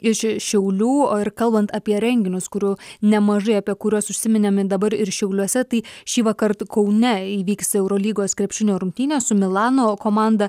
iš šiaulių o ir kalbant apie renginius kurių nemažai apie kuriuos užsiminėme dabar ir šiauliuose tai šįvakar kaune įvyks eurolygos krepšinio rungtynės su milano komanda